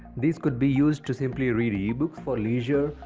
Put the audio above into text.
these could be used to simply read ebooks for leisure,